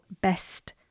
best